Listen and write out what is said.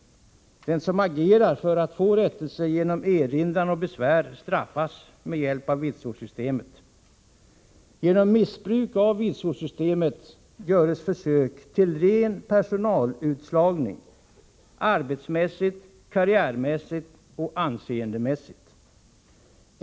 Den som agerar för att få rättelse genom erinran och besvär straffas med hjälp av vitsordssystemet. Genom missbruk av vitsordssystemet görs försök till ren personalutslagning arbetsmässigt, karriärmässigt och anseendemässigt.